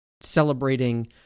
celebrating